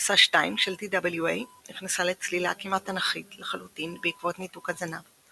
טיסה 2 של TWA נכנסה לצלילה כמעט אנכית לחלוטין בעקבות ניתוק הזנב,